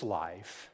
life